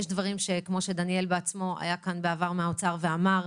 ויש דברים שכמו שדניאל בעצמו היה כאן בעבר מהאוצר ואמר,